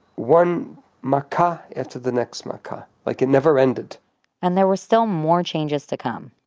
one makah after the next makah, like it never ended and there were still more changes to come.